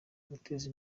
guteza